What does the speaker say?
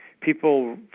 people